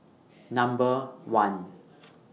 Number one